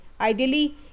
ideally